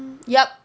yup